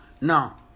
Now